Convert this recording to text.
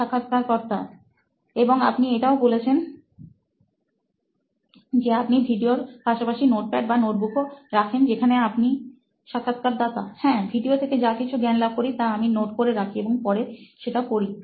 সাক্ষাৎকারকর্তা এবং আপনি এটাও বলছেন যে আপনি ভিডিওর পাশাপাশি নোটপ্যাড বা নোটবুকও রাখেন যেখানে আপনি সাক্ষাৎকারদাতাহ্যাঁ ভিডিও থেকে যা কিছু জ্ঞান লাভ করি তা আমি নোট করে রাখি এবং পরে সেটা পড়ি